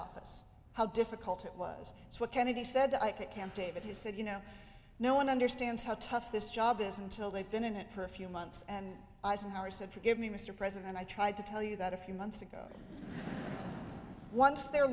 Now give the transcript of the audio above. office how difficult it was what kennedy said i could camp david he said you know no one understands how tough this job is until they've been in it for a few months and eisenhower said forgive me mr president i tried to tell you that a few months ago once they're